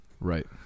Right